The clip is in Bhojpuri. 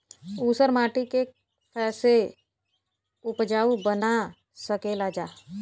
ऊसर माटी के फैसे उपजाऊ बना सकेला जा?